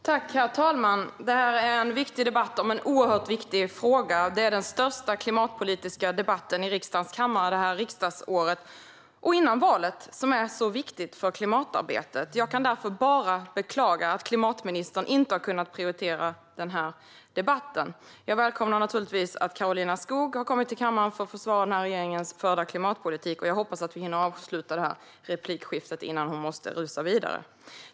Herr talman! Det här är en viktig debatt om en oerhört viktig fråga. Det är den största klimatpolitiska debatten här under riksdagsåret och före valet, det val som är så viktigt för klimatarbetet. Jag kan därför bara beklaga att klimatministern inte har kunnat prioritera den här debatten. Jag välkomnar naturligtvis att Karolina Skog har kommit till kammaren för att försvara den här regeringens förda klimatpolitik, och jag hoppas att hon hinner avsluta det här replikskiftet innan hon måste rusa vidare.